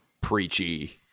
preachy